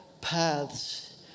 paths